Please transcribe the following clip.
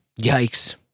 Yikes